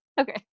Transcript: Okay